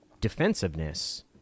defensiveness